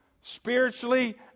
spiritually